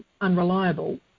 unreliable